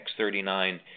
X39